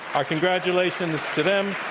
our congratulations to them.